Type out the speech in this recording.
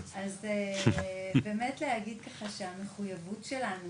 אז באמת להגיד שהמחויבות שלנו